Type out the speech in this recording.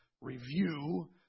review